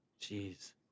jeez